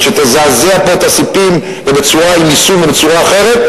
שתזעזע פה את הספים עם יישום ובצורה אחרת,